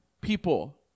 people